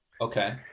Okay